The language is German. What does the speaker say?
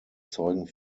zeugen